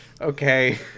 Okay